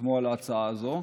חתמה על ההצעה הזו,